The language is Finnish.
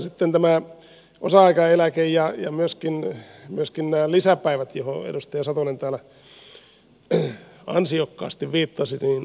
sitten tämä osa aikaeläke ja myöskin nämä lisäpäivät joihin edustaja satonen täällä ansiokkaasti viittasi